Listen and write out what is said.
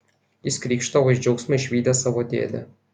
jis krykšdavo iš džiaugsmo išvydęs savo dėdę